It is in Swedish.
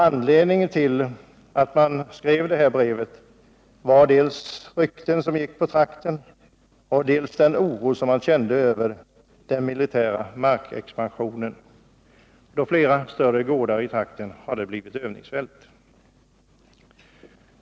Anledningen till att brevet skrevs var dels rykten i trakten, dels oron över den militära markexpansionen, eftersom flera större gårdar i trakten hade blivit övningsfält.